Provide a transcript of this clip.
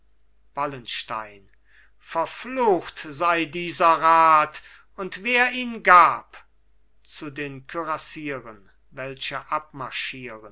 wallenstein verflucht sei dieser rat und wer ihn gab zu den kürassieren welche